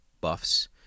buffs